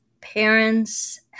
parents